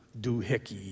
doohickey